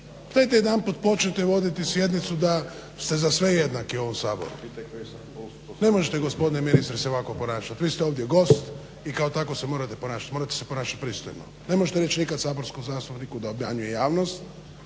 Dajte jedanput počnite voditi sjednicu da ste za sve jednaki u ovom Saboru. Ne možete se gospodine ministre se ovako ponašati, vi ste ovdje gost i kao tako se morate ponašati. Morati se ponašati pristojno. Ne možete nikada reći saborskom zastupniku da obmanjuje javnost